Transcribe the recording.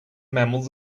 mammals